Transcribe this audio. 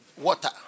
Water